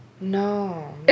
no